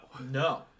No